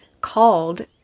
called